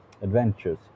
Adventures